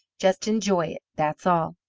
just enjoy it that's all.